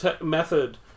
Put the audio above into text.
method